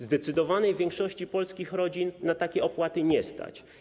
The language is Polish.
Zdecydowanej większości polskich rodzin na takie opłaty nie stać.